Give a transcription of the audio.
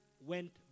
went